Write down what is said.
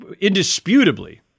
indisputably